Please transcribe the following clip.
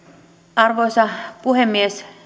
arvoisa puhemies